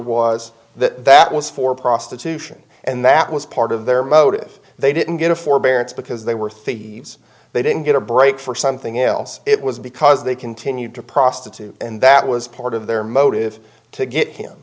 was that that was for prostitution and that was part of their motive they didn't get a forbearance because they were thieves they didn't get a break for something else it was because they continued to prostitute and that was part of their motive to get him